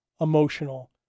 emotional